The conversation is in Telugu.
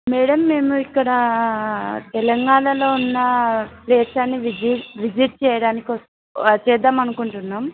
మేడమ్ మేము ఇక్కడ తెలంగాణలో ఉన్నప్లేసెస్ అన్నీ విజి విజిట్ చేయడానికి వ చేద్దాం అనుకుంటున్నాం